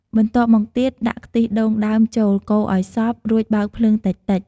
បន្ទាប់មកទៀត ដាក់ខ្ទិះដូងដើមចូល កូរឲ្យសព្វ រួចបើកភ្លើងតិចៗ។